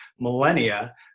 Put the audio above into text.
millennia